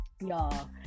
y'all